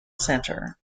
center